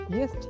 Yes